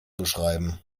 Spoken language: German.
beschreiben